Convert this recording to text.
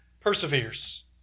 perseveres